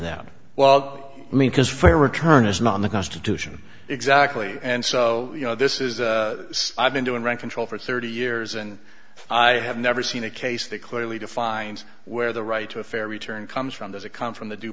that well i mean because for your return is not in the constitution exactly and so you know this is i been doing rent control for thirty years and i have never seen a case that clearly defines where the right to a fair return comes from does it come from the due